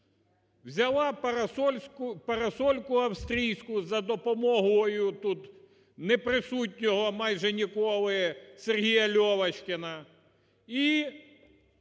Взяла парасольку австрійську за допомогою тут неприсутнього майже ніколи Сергія Льовочкіна